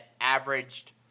averaged